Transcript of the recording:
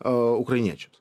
a ukrainiečiam